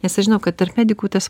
nes aš žinau kad tarp medikų tas